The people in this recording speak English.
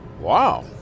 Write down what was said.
Wow